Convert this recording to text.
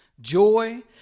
joy